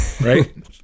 right